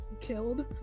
killed